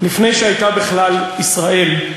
לפני שהייתה בכלל ישראל,